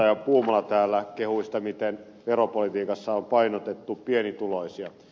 puumala täällä kehui sitä miten veropolitiikassa on painotettu pienituloisia